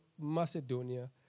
Macedonia